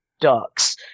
ducks